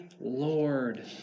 Lord